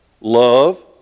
Love